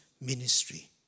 ministry